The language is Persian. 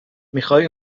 میخوای